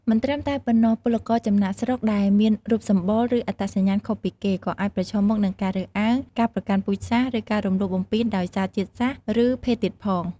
មិនត្រឹមតែប៉ុណ្ណោះ ពលករចំណាកស្រុកដែលមានរូបសម្បុរ ឬអត្តសញ្ញាណខុសពីគេ ក៏អាចប្រឈមមុខនឹងការរើសអើង ការប្រកាន់ពូជសាសន៍ ឬការរំលោភបំពានដោយសារជាតិសាសន៍ ឬភេទទៀតផង។